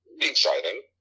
Exciting